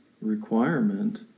requirement